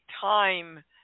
time